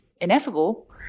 ineffable